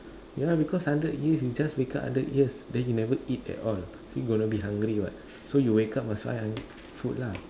yeah lah because hundred years you just wake up hundred years then you never eat at all so you gonna be hungry [what] so you wake up must find food lah